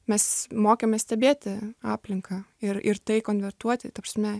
mes mokėmės stebėti aplinką ir ir tai konvertuoti ta prasme